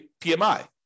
PMI